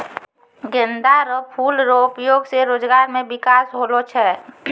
गेंदा रो फूल रो उपयोग से रोजगार मे बिकास होलो छै